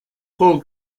paul